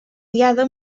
diada